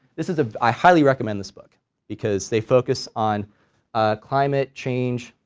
this is, ah i highly recommend this book because they focus on ah climate change,